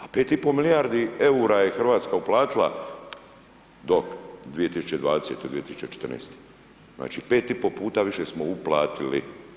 A 5,5 milijardi eura je Hrvatska uplatila do 2020. 2014. znači 5,5 puta više smo uplatili.